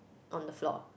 on the floor